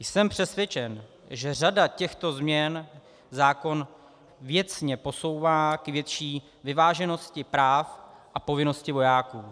Jsem přesvědčen, že řada těchto změn zákon věcně posouvá k větší vyváženosti práv a povinností vojáků.